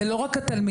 זה לא רק התלמידים.